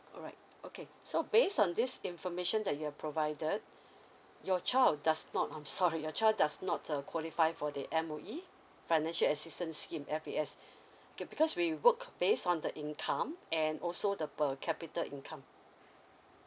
alright okay so based on this information that you're provided your child does not I'm sorry your child does not uh qualify for the M_O_E financial assistance scheme F_A_S okay because we work based on the income and also the per capita income